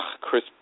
Chris